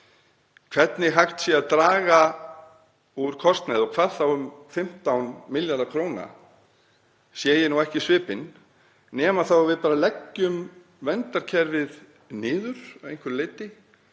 Hvernig hægt sé að draga úr kostnaði og hvað þá um 15 milljarða kr. sé ég ekki í svipinn nema þá að við leggjum verndarkerfið niður að einhverju leyti